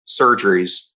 surgeries